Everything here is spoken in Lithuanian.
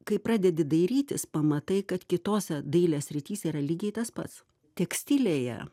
kai pradedi dairytis pamatai kad kitose dailės srityse yra lygiai tas pats tekstilėje